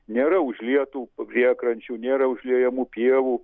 nėra užlietų priekrančių nėra užliejamų pievų